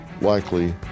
likely